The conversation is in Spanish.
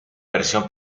versión